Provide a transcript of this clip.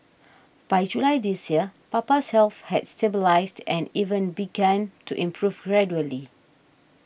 by July this year Papa's health has stabilised and even begun to improve gradually